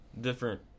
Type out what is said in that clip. different